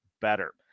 better